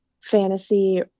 fantasy